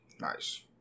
Nice